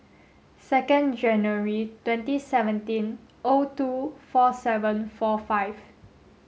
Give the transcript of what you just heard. second January twenty seventeen O two four seven four five